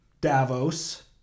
Davos